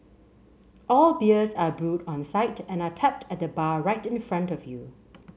all beers are brewed on site and are tapped at the bar right in front of you